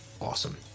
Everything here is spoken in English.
awesome